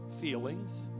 feelings